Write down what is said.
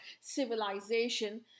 civilization